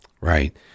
Right